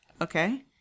okay